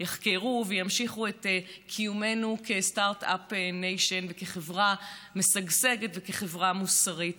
יחקרו וימשיכו את קיומנו כסטרטאפ ניישן וכחברה משגשגת וכחברה מוסרית.